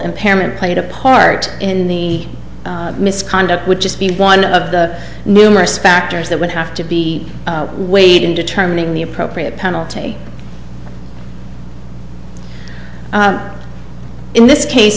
impairment played a part in the misconduct would just be one of the numerous factors that would have to be weighed in determining the appropriate penalty in this case